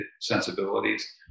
sensibilities